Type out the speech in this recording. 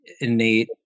innate